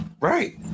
Right